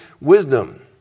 wisdom